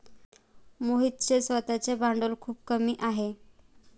मोहितचे स्वतःचे भांडवल खूप कमी आहे